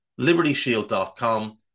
libertyshield.com